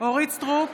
אורית מלכה סטרוק,